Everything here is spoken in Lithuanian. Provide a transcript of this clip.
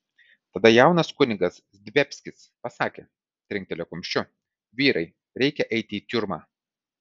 tada jaunas kunigas zdebskis pasakė trinktelėjo kumščiu vyrai reikia eiti į tiurmą